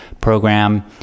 program